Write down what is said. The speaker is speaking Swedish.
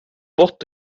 bort